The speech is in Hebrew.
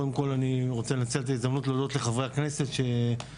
קודם כל אני רוצה לנצל את ההזדמנות להודות לחברי הכנסת שלא